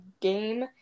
game